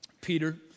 Peter